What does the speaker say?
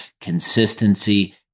Consistency